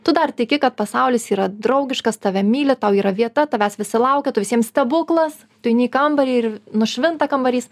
tu dar tiki kad pasaulis yra draugiškas tave myli tau yra vieta tavęs visi laukia tu visiems stebuklas tu eini į kambarį ir nušvinta kambarys